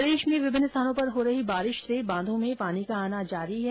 प्रदेश में विभिन्न स्थानों पर हो रही बारिश से बांधों में पानी का आना जारी है